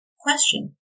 question